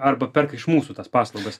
arba perka iš mūsų tas paslaugas